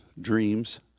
dreams